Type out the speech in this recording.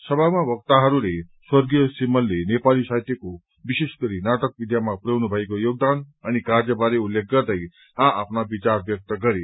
सभामा वक्ताहरूले स्वर्गीय श्रीमलको नेपाली साहित्यको विशेषगरी नाटक विधामा उहाँको योगदान अनि कार्य बारे उल्लेख गर्दै आ आफ्ना विचार व्यक्त गरे